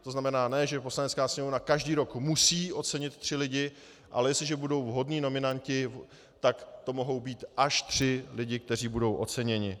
To znamená, ne že Poslanecká sněmovna každý rok musí ocenit tři lidi, ale jestliže budou vhodní nominanti, tak to mohou být až tři lidi, kteří budou oceněni.